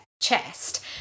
chest